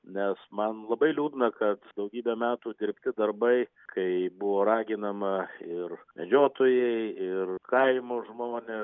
nes man labai liūdna kad daugybę metų dirbti darbai kai buvo raginama ir medžiotojai ir kaimo žmonės